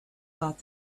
thought